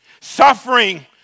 Suffering